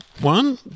One